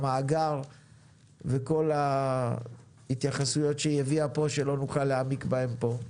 המאגר וכל ההתייחסויות שהיא הביאה פה שלא נוכל להעמיק בהם פה.